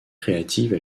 créative